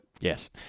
Yes